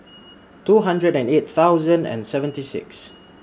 two hundred and eight thousand and seventy six